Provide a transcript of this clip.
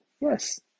Yes